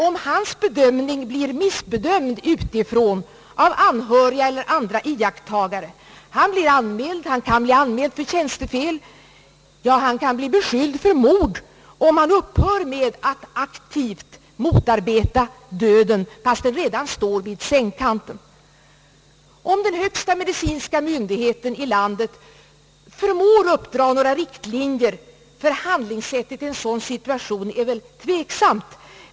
Om hans bedömning blir missbedömd av anhöriga eller andra iakttagare, kan han bli anmäld för tjänstefel. Ja, han kan bli beskylld för mord, om han upphör med att aktivt motarbeta döden, fast den redan står vid sängkanten. Om den högsta medicinska myndigheten i landet förmår uppdra några riktlinjer för handlingssättet i en sådan situation är väl tveksamt.